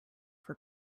for